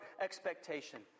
expectation